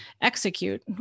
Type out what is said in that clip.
execute